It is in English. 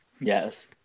Yes